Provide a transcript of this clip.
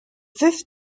fifth